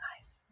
Nice